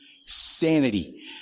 sanity